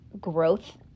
growth